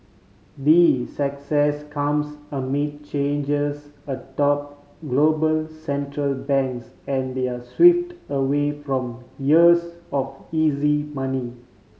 the success comes amid changes atop global Central Banks and their shift away from years of easy money